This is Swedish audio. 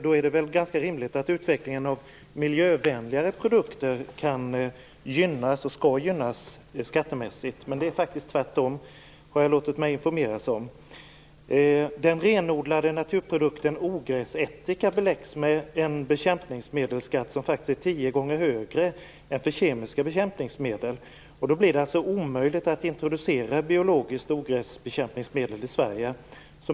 Det är väl ganska rimligt att utvecklingen av miljövänligare produkter kan gynnas och skall gynnas skattemässigt, men det är faktiskt tvärtom har jag låtit mig informeras om. Den renodlade naturprodukten Ogräsättika beläggs med en bekämpningsmedelsskatt som faktiskt är tio gånger högre än för kemiska bekämpningsmedel. Då blir det omöjligt att introducera biologiska ogräsbekämpningsmedel i Sverige.